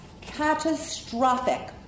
catastrophic